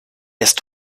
ist